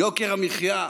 יוקר המחיה.